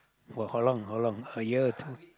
for how long how long a year or two